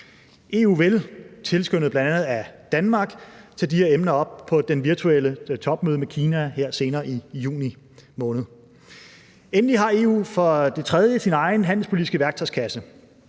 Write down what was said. EU vil, tilskyndet af bl.a. Danmark, tage de her emner op på det virtuelle topmøde med Kina her senere i juni måned. Kl. 16:13 Endelig har EU for det tredje sin egen handelspolitiske værktøjskasse.